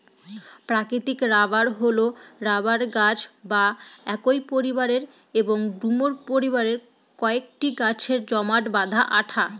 প্রাকৃতিক রবার হল রবার গাছ বা একই পরিবারের এবং ডুমুর পরিবারের কয়েকটি গাছের জমাট বাঁধা আঠা